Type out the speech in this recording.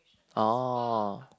oh